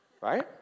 Right